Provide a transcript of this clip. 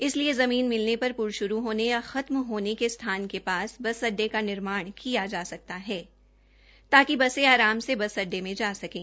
इसलिए ज़मीन मिलने पर प्ल श्रू होने यां खत्म होने के स्थान के पास बस अड्डे का निर्माण किया जा सकता है ताकि बसे आराम से बस अड़डे में जा सकें